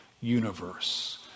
universe